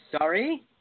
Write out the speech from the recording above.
sorry